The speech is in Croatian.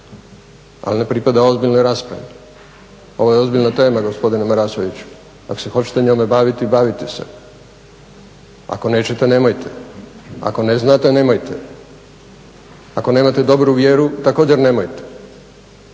ali ne pripada ozbiljnoj raspravi. ovo je ozbiljna tema gospodine Marasoviću, ako se hoćete njome baviti, bavite se, ako nećete nemojte. Ako ne znate, nemojte. Ako nemate dobru vjeru također nemojte,